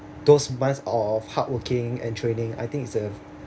those months of hardworking and training I think is a